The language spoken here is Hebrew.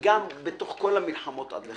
הגענו לאחר כל המלחמות עד לכאן.